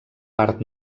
part